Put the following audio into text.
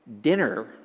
dinner